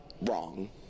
wrong